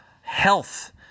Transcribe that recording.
health